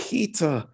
Peter